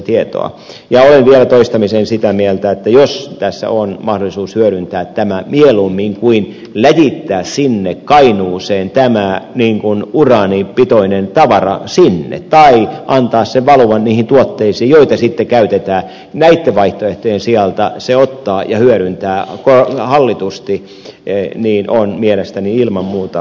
olen vielä toistamiseen sitä mieltä että jos tässä on mahdollisuus mieluummin kuin läjittää sinne kainuuseen tämä uraanipitoinen tavara tai antaa sen valua niihin tuotteisiin joita sitten käytetään näitten vaihtoehtojen sijasta se ottaa ja hyödyntää hallitusti niin se on mielestäni ilman muuta parempi vaihtoehto